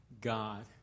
God